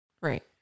Right